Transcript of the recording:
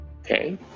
Okay